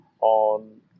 on